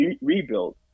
rebuild